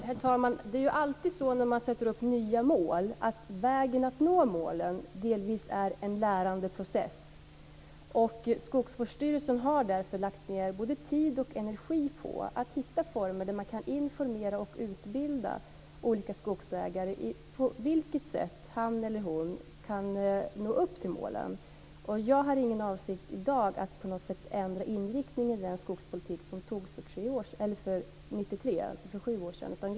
Herr talman! Det är ju alltid så när man sätter upp nya mål att vägen att nå målen delvis är en lärandeprocess. Skogsvårdsstyrelsen har därför lagt ned både tid och energi på att hitta former där man kan informera och utbilda olika skogsägare om hur de kan nå upp till målen. Jag har ingen avsikt att i dag på något sätt ändra inriktning i den skogspolitik som antogs 1993, för sju år sedan.